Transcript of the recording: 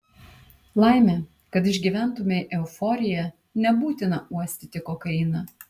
laimė kad išgyventumei euforiją nebūtina uostyti kokainą